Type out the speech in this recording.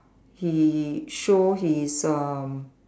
he show his um